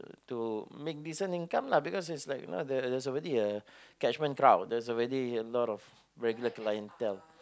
to make decent income lah because there's like you know there's already catchment crowd there's already a lot of regular clientele